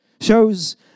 Shows